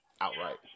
outright